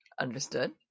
Understood